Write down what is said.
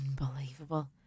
unbelievable